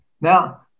Now